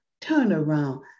turnaround